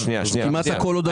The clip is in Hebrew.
כמעט הכול עודפים.